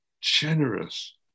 generous